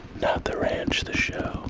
not the ranch, the show,